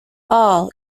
all